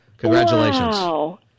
Congratulations